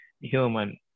human